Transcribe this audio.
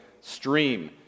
stream